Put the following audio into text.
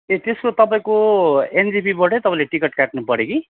ए त्यस्तो तपाईँको एनजेपीबाट तपाईँले टिकट काट्नु पर्यो कि